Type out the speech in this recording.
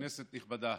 כנסת נכבדה,